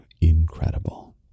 incredible